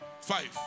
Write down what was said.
Five